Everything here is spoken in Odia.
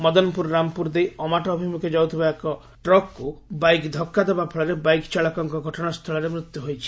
ମଦନପୁର ରାମପୁର ଦେଇ ଅମାଟ ଅଭିମୁଖେ ଯାଉଥିବା ଏକ ଟ୍ରକ୍କୁ ବାଇକ୍ ଧକ୍କାଦେବା ଫଳରେ ବାଇକ୍ ଚାଳକଙ୍କ ଘଟଣାସ୍ଚଳରେ ମୃତ୍ୟୁ ହୋଇଛି